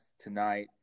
tonight